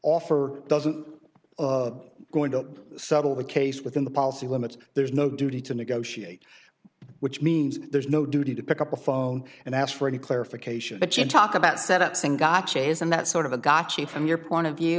offer doesn't going to settle the case within the policy limits there's no duty to negotiate which means there's no duty to pick up a phone and ask for any clarification but you talk about set up saying gotcha isn't that sort of a gotcha from your point of view